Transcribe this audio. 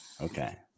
Okay